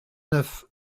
neuf